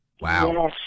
Wow